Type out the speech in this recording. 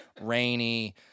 rainy